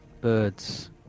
Birds